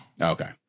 okay